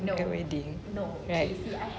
on the wedding right